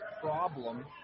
problem